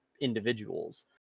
individuals